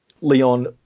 Leon